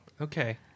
Okay